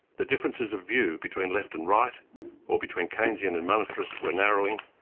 the differences of view between left and right or between keynesian and monetarist were narrowing,